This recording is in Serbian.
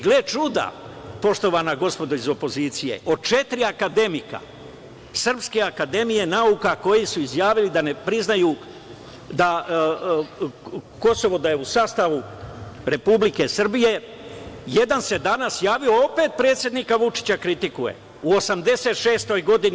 Gle čuda, poštovana gospodo iz opozicije, od četiri akademika Srpske akademije nauka koji su izjavili da ne priznaju Kosovo da je u sastavu Republike Srbije, jedan se danas javio, opet predsednika Vučića kritikuje, u 86 godini.